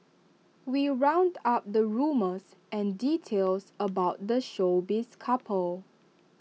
we round up the rumours and details about the showbiz couple